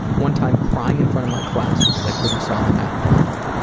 one time crying in front of my class because i couldn't solve a math problem.